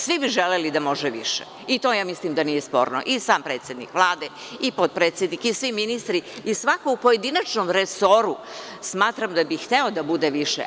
Svi bi želeli da može više i to ja mislim da nije sporno i sam predsednik Vlade i potpredsednik i svi ministri i svaki pojedinačni resor smatram da bih hteo da bude više.